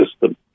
system